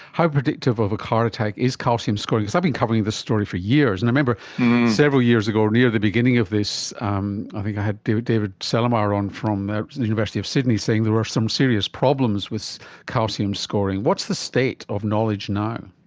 how predictive of a heart attack is calcium scoring, because i've been covering this story for years and i remember several years ago near the beginning of this um i think i had david david celermajer on from the university of sydney saying there were some serious problems with calcium scoring. what's the state of knowledge now?